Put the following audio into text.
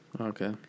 Okay